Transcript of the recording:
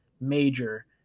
major